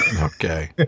Okay